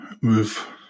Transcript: move